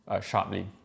sharply